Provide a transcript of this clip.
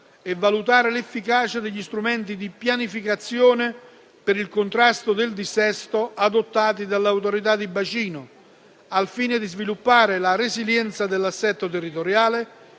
e valutare l'efficacia degli strumenti di pianificazione per il contrasto del dissesto adottati dalle Autorità di bacino, al fine di sviluppare la resilienza dell'assetto territoriale